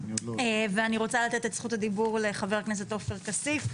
אני רוצה לתת את זכות הדיבור לחבר הכנסת עופר כסיף.